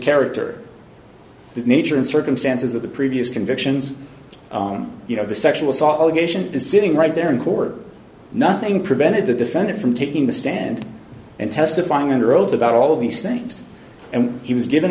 character the nature and circumstances of the previous convictions you know the sexual saw allegation is sitting right there in court nothing prevented the defendant from taking the stand and testifying under oath about all of these things and he was given